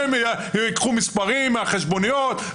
הם ייקחו מספרים מהחשבוניות,